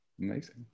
amazing